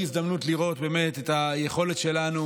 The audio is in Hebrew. הזדמנות לראות באמת את היכולת שלנו,